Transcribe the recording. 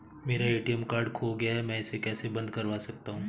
मेरा ATM card खो गया है मैं इसे कैसे बंद करवा सकता हूँ?